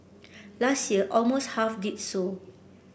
last year almost half did so